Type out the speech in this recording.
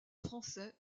français